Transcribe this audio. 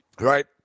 Right